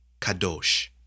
Kadosh